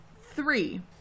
three